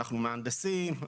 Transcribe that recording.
אנחנו מהנדסים,